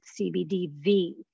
CBDV